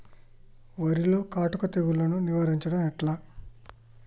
వరిలో కాటుక తెగుళ్లను నివారించడం ఎట్లా?